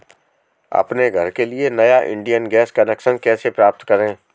अपने घर के लिए नया इंडियन गैस कनेक्शन कैसे प्राप्त करें?